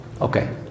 Okay